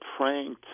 praying